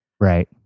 right